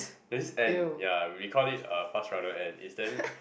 there is this ant ya we called it uh fast runner ant is damn